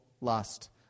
lust